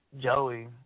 Joey